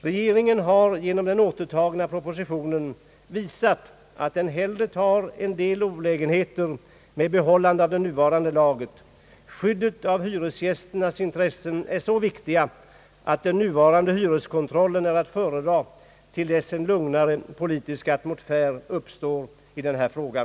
Regeringen har genom återtagandet av propositionen visat att den hellre tar en del olägenheter med behållandet av den nuvarande lagen. Skyddet av hyresgästens intressen är så viktigt att den nuvarande hyreskontrollen är att föredra till dess en lugnare politisk atmosfär inträtt i denna fråga.